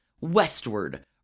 westward